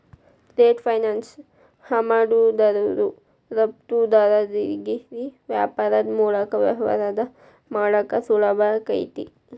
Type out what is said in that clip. trade finance ಆಮದುದಾರರು ರಫ್ತುದಾರರಿಗಿ ವ್ಯಾಪಾರದ್ ಮೂಲಕ ವ್ಯವಹಾರ ಮಾಡಾಕ ಸುಲಭಾಕೈತಿ